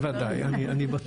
בוודאי אני בטוח.